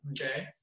okay